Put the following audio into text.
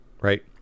right